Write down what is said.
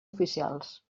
oficials